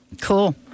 Cool